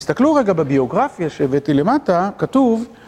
תסתכלו רגע בביוגרפיה שהבאתי למטה, כתוב.